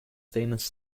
famous